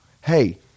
Hey